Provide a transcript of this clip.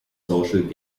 social